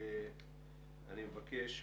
איתי פלייסיג מ"קוים".